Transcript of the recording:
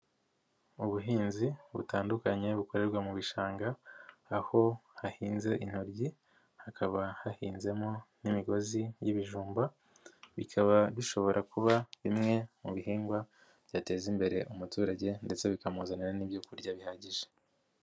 Ubuhinzi butandukanye bukorerwa mu bishanga aho hahinze intoryi hakaba hahinzemo n'imigozi y'ibijumba bikaba bishobora kuba bimwe mu bihingwa byateza imbere umuturage ndetse bikamuzanira n'ibyo kurya bihagije.